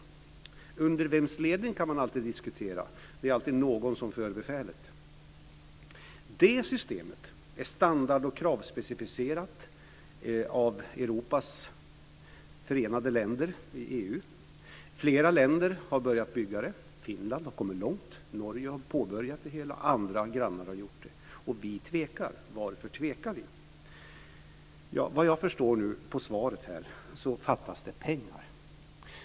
Under vems ledning det ska ske kan man alltid diskutera. Det är alltid någon som för befälet. Det systemet är standard och kravspecificerat av Europas förenade länder i EU. Flera länder har börjat bygga det. Finland har kommit långt. Norge har påbörjat det hela, och andra grannar har gjort det. Vi tvekar. Varför tvekar vi? Vad jag förstår på svaret fattas det pengar.